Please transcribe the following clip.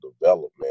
development